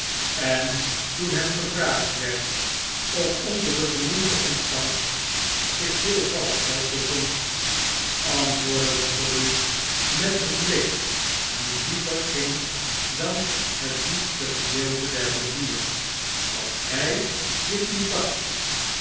en toen hem gevraagd werd of onder de genoemde ontvangst zich veel valsch geld bevond antwoordde waterloo met een blik die dieper ging dan het diepste gedeelte der rivier dat hi dit niet dacht